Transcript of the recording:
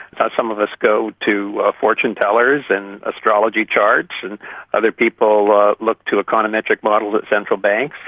some of us go to fortune tellers and astrology charts, and other people ah look to econometric models at central banks.